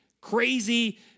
crazy